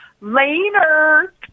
Later